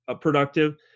productive